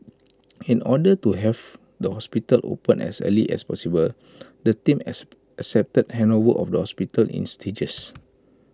in order to have the hospital opened as early as possible the team as accepted handover of the hospital in stages